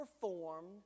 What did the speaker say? Performed